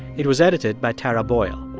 it was edited by tara boyle.